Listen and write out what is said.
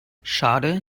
schade